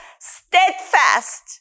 steadfast